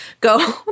go